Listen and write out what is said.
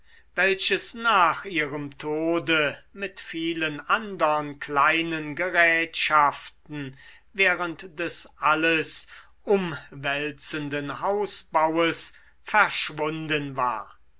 welches nach ihrem tode mit vielen andern kleinen gerätschaften während des alles umwälzenden hausbaues verschwunden war